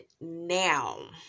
now